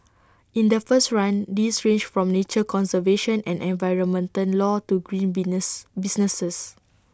in the first run these ranged from nature conservation and environmental law to green Venus businesses